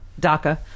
DACA